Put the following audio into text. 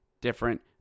different